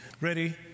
Ready